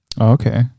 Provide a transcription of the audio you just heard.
Okay